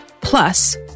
plus